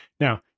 Now